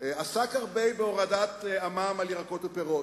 עסק הרבה בהורדת המע"מ על ירקות ופירות.